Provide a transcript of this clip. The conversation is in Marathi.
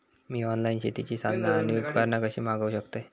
मी ऑनलाईन शेतीची साधना आणि उपकरणा कशी मागव शकतय?